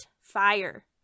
fire